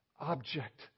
object